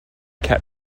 cat